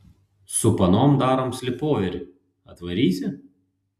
su panom darom slypoverį atvarysi